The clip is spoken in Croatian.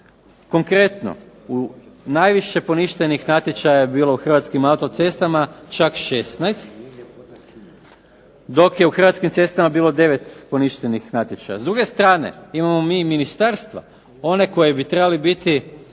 Konkretno, najviše poništenih natječaja je bilo u Hrvatskim autocestama, čak 16, dok je u Hrvatskim cestama bilo 9 poništenih natječaja. S druge strane, imamo mi i ministarstva, one koji bi trebali biti